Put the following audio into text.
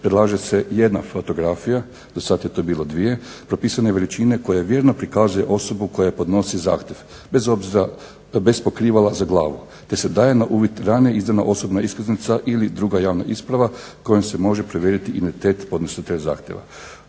prilaže se jedna fotografija, dosad je to bilo dvije, propisane veličine koja vjerno prikazuje osobu koja podnosi zahtjev bez pokrivala za glavu te se daje na uvid ranije izdana osobna iskaznica ili druga javna isprava kojom se može provjeriti identitet podnositelja zahtjeva.